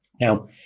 Now